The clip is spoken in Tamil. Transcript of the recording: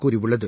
கூறியுள்ளது